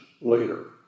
later